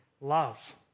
love